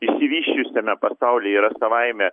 išsivysčiusiame pasaulyje yra savaime